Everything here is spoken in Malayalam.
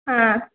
ആ